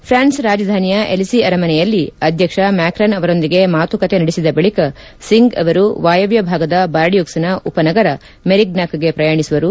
France ರಾಜಧಾನಿಯ Elysee ಅರಮನೆಯಲ್ಲಿ ಅಧ್ಯಕ್ಷ ಮ್ಯಾಕ್ರಾನ್ ಅವರೊಂದಿಗೆ ಮಾತುಕತೆ ನಡೆಸಿದ ಬಳಿಕ ಸಿಂಗ್ ಅವರು ವಾಯವ್ಯ ಭಾಗದ ಬಾರ್ಡಿಯೂಕ್ಸ್ನ ಉಪನಗರ ಮೆರಿಗ್ವಾಕ್ಗೆ ಪ್ರಯಾಣಿಸುವರು